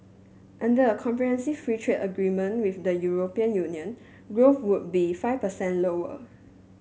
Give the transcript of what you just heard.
under a comprehensive free trade agreement with the European Union growth would be five percent lower